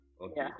Okay